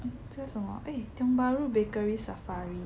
eh 这个是什么 eh Tiong Bahru bakery safari